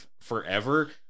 forever